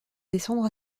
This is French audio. descendre